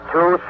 Two